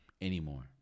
anymore